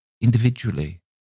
individually